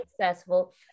successful